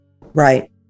Right